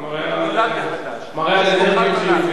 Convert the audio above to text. זה מראה, אני נולד מחדש.